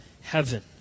heaven